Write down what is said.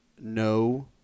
no